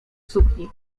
sukni